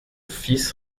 fils